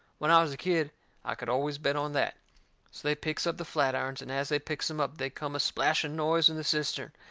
when i was a kid i could always bet on that. so they picks up the flatirons, and as they picks em up they come a splashing noise in the cistern.